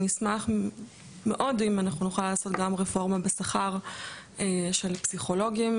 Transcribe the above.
אנחנו נשמח מאוד אם נוכל לעשות גם רפורמה בשכר של הפסיכולוגים.